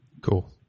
Cool